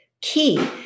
key